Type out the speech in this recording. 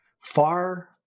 far